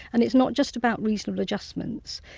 and it's not just about reasonable adjustments,